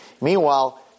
Meanwhile